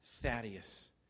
Thaddeus